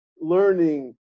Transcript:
learning